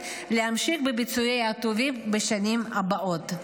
להמשיך בביצועיה הטובים בשנים הבאות.